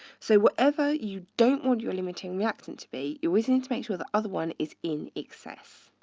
so whatever you don't want your limiting reactant to be, you always need to make sure the other one is in excess.